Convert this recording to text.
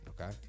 okay